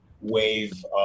wave